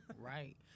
right